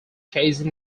casey